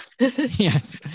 yes